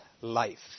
life